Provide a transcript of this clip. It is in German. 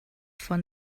von